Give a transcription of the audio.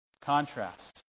Contrast